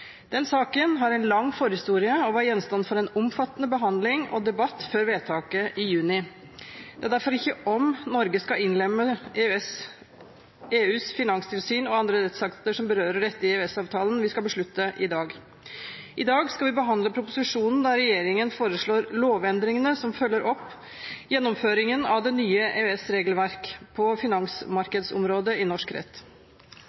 Den saken har en lang forhistorie og var gjenstand for en omfattende behandling og debatt før vedtaket i juni. Det er derfor ikke om Norge skal innlemme EUs finanstilsyn og enkelte andre rettsakter som berører dette i EØS-avtalen, vi skal beslutte i dag. I dag skal vi behandle proposisjonen der regjeringen foreslår lovendringene som følger opp gjennomføringen av det nye EØS-regelverket på